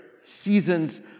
seasons